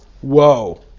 whoa